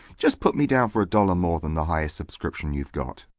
just put me down for a dollar more than the highest subscription you've got.